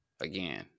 again